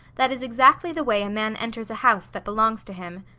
that is exactly the way a man enters a house that belongs to him.